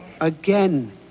Again